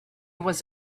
was